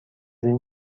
این